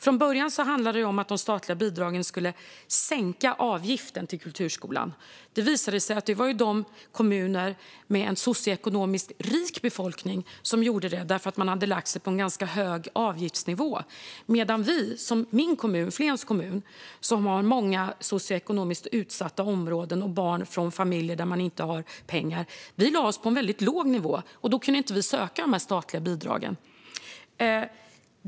Från början var tanken att de statliga bidragen skulle sänka avgiften till kulturskolan, men det visade sig bli kommuner med en socioekonomiskt rik befolkning som kunde göra det - eftersom de hade lagt sig på en ganska hög avgiftsnivå. I min hemkommun Flen, som har många socioekonomiskt utsatta områden och barn från familjer som inte har pengar, hade vi däremot lagt oss på en väldigt låg nivå och kunde därför inte söka de statliga bidragen.